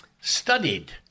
studied